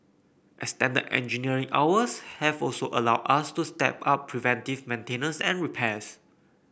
extended engineering hours have also allowed us to step up preventive maintenance and repairs